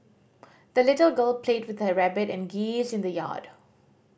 the little girl played with her rabbit and geese in the yard